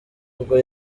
bwo